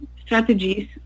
strategies